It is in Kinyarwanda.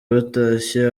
batashye